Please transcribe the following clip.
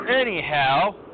Anyhow